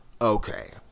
okay